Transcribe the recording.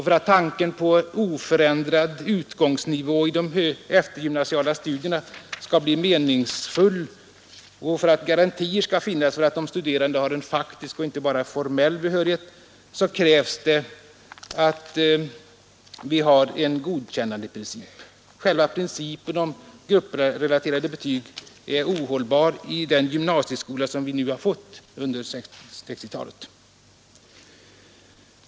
För att tanken på en oförändrad utgångsnivå i de eftergymnasiala studierna skall bli meningsfull och för att garantier skall finnas för att de studerande har en faktisk och inte bara formell behörighet krävs det en godkännandeprincip. Själva principen om grupprelaterade betyg är ohållbar i den gymnasieskola som vi nu har fått under 1960-talet.